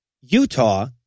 Utah